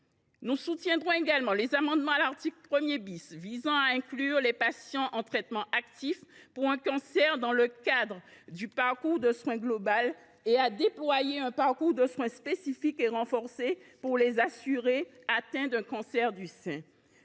Nous soutiendrons également les amendements à l’article 1 qui tendent à inclure les patients en traitement actif pour un cancer dans le cadre du parcours de soins global et à déployer un parcours de soins spécifique et renforcé pour les assurés atteints d’un cancer du sein.